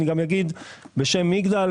אני גם אגיד בשם מגדל,